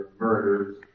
murders